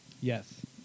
Yes